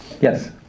Yes